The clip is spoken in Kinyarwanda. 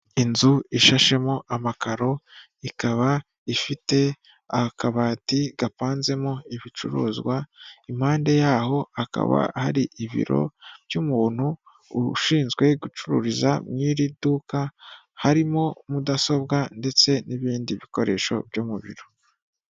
Inzu ishashemo amakaro ikaba ifite akabati gapanzemo ibicuruzwa, impande yaho hakaba hari ibiro by'umuntu ushinzwe gucururiza mu iri duka, harimo mudasobwa ndetse n'ibindi bikoresho byo mu biro.